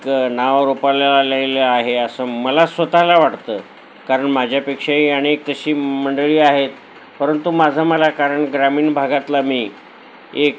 एक नाव रुपाला आलेलं आहे असं मला स्वतःला वाटतं कारण माझ्यापेक्षाही अनेक तशी मंडळी आहेत परंतु माझं मला कारण ग्रामीण भागातला मी एक